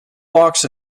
box